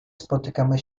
spotykamy